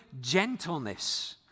gentleness